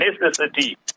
necessity